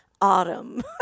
autumn